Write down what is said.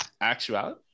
actuality